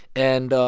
and.